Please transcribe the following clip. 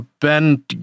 Ben